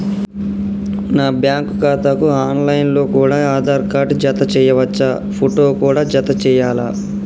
నా బ్యాంకు ఖాతాకు online లో కూడా ఆధార్ కార్డు జత చేయవచ్చా ఫోటో కూడా జత చేయాలా?